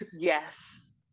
Yes